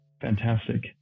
Fantastic